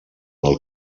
del